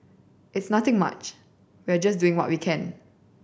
it's nothing much we are just doing what we can